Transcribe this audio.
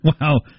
Wow